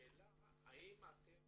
השאלה היא האם אתם